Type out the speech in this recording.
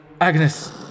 Agnes